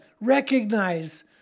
recognize